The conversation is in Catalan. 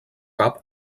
cap